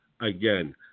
Again